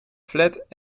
flat